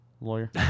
lawyer